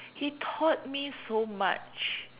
he taught me so much